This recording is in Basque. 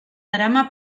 darama